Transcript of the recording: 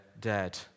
dead